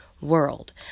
world